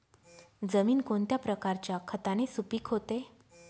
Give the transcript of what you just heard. जमीन कोणत्या प्रकारच्या खताने सुपिक होते?